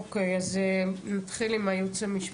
אוקיי, אז נתחיל עם הייעוץ המשפטי.